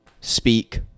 speak